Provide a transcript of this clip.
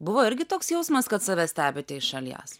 buvo irgi toks jausmas kad save stebite iš šalies